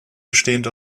bestehend